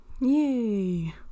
Yay